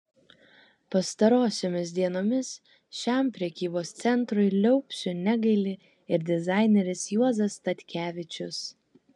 pastarosiomis dienomis šiam prekybos centrui liaupsių negaili ir dizaineris juozas statkevičius